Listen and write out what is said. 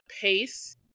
pace